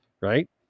Right